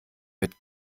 mit